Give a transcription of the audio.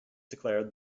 declared